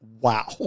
Wow